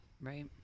Right